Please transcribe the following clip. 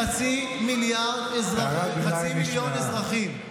חצי מיליון אזרחים, הערת הביניים נשמעה.